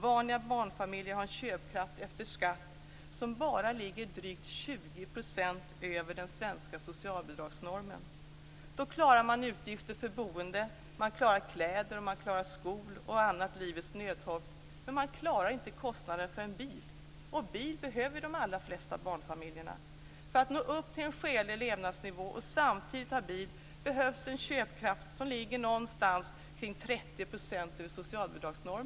Vanliga barnfamiljer har en köpkraft efter skatt som bara ligger drygt 20 % över den svenska socialbidragsnormen. Då klarar man utgifter för boende, mat, kläder och skor och annat livets nödtorft. Men man klarar inte kostnaderna för en bil, och bil behöver de allra flesta barnfamiljer. För att nå upp till en skälig levnadsnivå och samtidigt ha bil behövs en köpkraft som ligger minst 30 % över socialbidragsnivån.